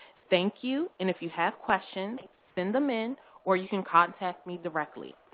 thank you, and if you have questions, send them in or you can contact me directly.